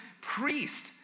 priest